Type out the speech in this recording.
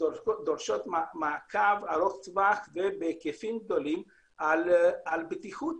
מעקב ארוך-טווח ובהיקפים גדולים על בטיחות.